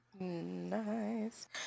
nice